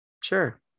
sure